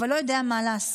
אבל לא יודע מה לעשות,